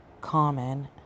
Common